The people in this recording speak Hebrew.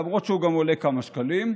למרות שהוא גם עולה כמה שקלים,